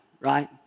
right